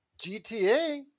GTA